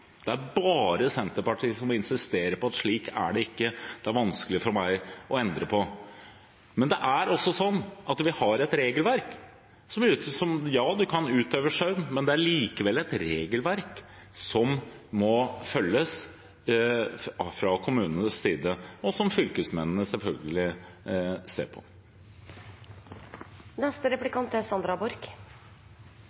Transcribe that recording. Det er bare Senterpartiet som insisterer på at slik er det ikke. Det er det vanskelig for meg å endre på. Men det er også slik at vi har et regelverk. Ja, man kan utøve skjønn, men det er likevel et regelverk som må følges fra kommunenes side, og som fylkesmennene selvfølgelig ser